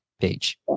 page